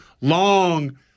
long